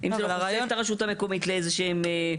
אם זה הופך את הרשות המקומית לאיזה שהוא,